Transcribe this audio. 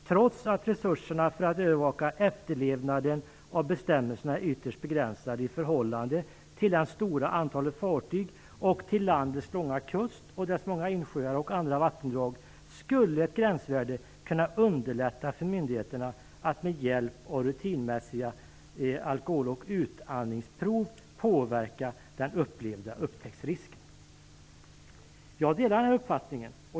Trots att resurserna för att övervaka efterlevnaden av bestämmelserna är ytterst begränsade i förhållande till det stora antalet fartyg och till landets långa kust och dess många insjöar och andra vattendrag, skulle ett gränsvärde kunna underlätta för myndigheterna att med hjälp av rutinmässiga alkohol och utandningsprov påverka den upplevda upptäcktsrisken. Jag delar den uppfattningen.